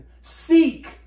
seek